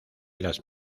las